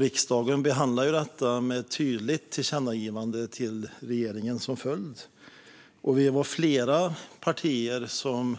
Riksdagen behandlade detta med ett tydligt tillkännagivande till regeringen som följd, och vi var flera partier som